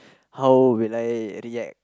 how will I react